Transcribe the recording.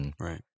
Right